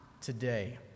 today